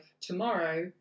tomorrow